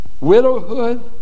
widowhood